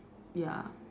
ya